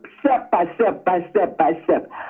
step-by-step-by-step-by-step